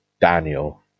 Daniel